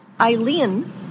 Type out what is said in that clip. Eileen